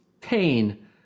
pain